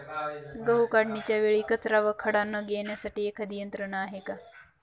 गहू काढणीच्या वेळी कचरा व खडा न येण्यासाठी एखादी यंत्रणा आहे का?